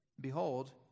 Behold